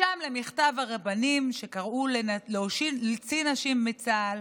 משם למכתב הרבנים שקראו להוציא נשים מצה"ל,